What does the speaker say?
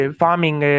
farming